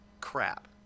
crap